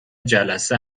جلسه